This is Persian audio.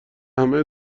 همه